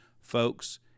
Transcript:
Folks